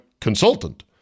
consultant